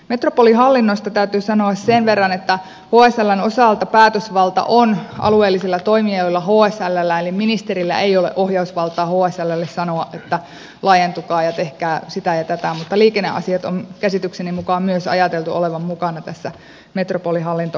metropolihallinnosta täytyy sanoa sen verran että hsln osalta päätösvalta on alueellisilla toimijoilla hslllä eli ministerillä ei ole ohjausvaltaa hsllle sanoa että laajentukaa ja tehkää sitä ja tätä mutta liikenneasioiden on käsitykseni mukaan myös ajateltu olevan mukana tässä metropolihallintokokonaisuudessa